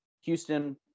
Houston